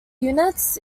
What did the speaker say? units